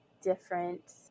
different